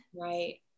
right